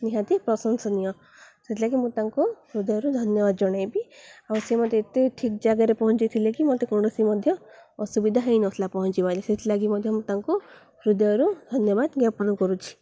ନିହାତି ପ୍ରଶଂସନୀୟ ସେଥିଲାଗି ମୁଁ ତାଙ୍କୁ ହୃଦୟରୁ ଧନ୍ୟବାଦ ଜଣାଇବି ଆଉ ସେି ମୋତେ ଏତେ ଠିକ୍ ଜାଗାରେ ପହଞ୍ଚାଇଥିଲେ କି ମୋତେ କୌଣସି ମଧ୍ୟ ଅସୁବିଧା ହେଇନଥିଲା ପହଞ୍ଚିିବାର ଯେ ସେଥିଲାଗି ମଧ୍ୟ ମୁଁ ତାଙ୍କୁ ହୃଦୟରୁ ଧନ୍ୟବାଦ ଜ୍ଞାପନ କରୁଛି